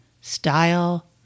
style